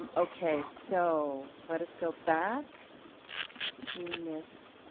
um okay, so let us go back to ms.